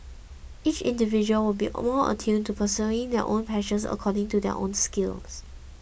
each individual will be more attuned to pursuing their own passions according to their own skills